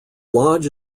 lodge